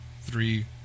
three